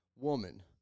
woman